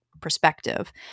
perspective